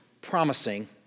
promising